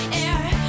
air